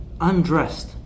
undressed